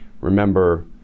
Remember